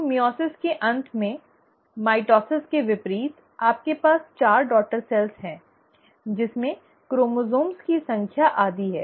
तो मइओसिस के अंत में माइटोसिस के विपरीत आपके पास चार डॉटर सेल्स हैं जिनमें क्रोमोसोम्स की संख्या आधी है